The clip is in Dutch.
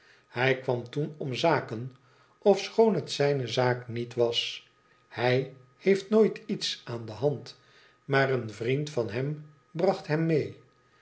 hij kwam toen om zaken ofschoon het zijne zaak niet was hij heeft nooit iets aan de hand maar een vriend van hem bracht hem mee